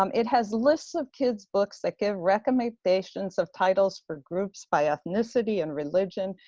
um it has lists of kids' books that give recommendations of titles for groups by ethnicity and religion,